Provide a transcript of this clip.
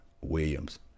Williams